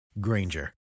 Granger